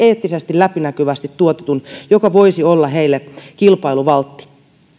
eettisesti läpinäkyvästi tuotetun mikä voisi olla heille kilpailuvaltti